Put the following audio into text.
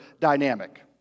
dynamic